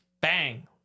bang